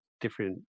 different